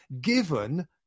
given